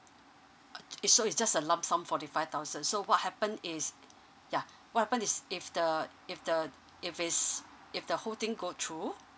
uh so it's just a lump sum forty five thousand so what happen is yeah what happen is if the if the if it's if the whole thing go through